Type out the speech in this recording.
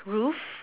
roof